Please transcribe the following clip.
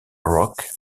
rock